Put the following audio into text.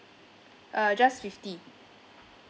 uh just fifty